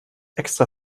extra